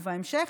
ובהמשך,